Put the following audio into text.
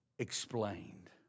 explained